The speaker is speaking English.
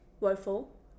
Woeful